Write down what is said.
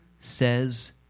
says